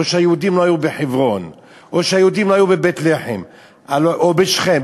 שהיהודים לא היו בחברון או שהיהודים לא היו בבית-לחם או בשכם,